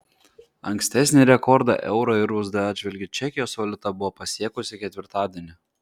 ankstesnį rekordą euro ir usd atžvilgiu čekijos valiuta buvo pasiekusi ketvirtadienį